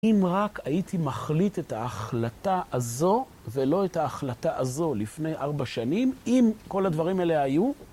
אם רק הייתי מחליט את ההחלטה הזו ולא את ההחלטה הזו לפני ארבע שנים, אם כל הדברים האלה היו?